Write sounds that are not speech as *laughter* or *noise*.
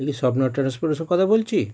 এটা কি স্বপ্না ট্রাভেলস *unintelligible* কথা বলছি